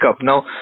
Now